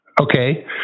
Okay